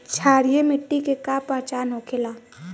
क्षारीय मिट्टी के का पहचान होखेला?